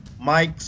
Mike